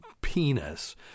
penis